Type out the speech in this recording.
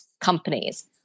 companies